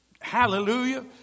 Hallelujah